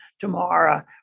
tomorrow